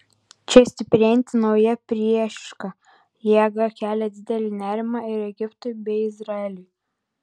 čia stiprėjanti nauja priešiška jėga kelia didelį nerimą ir egiptui bei izraeliui